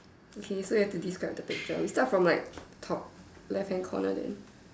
okay so you have to describe the picture we start from like top left hand corner then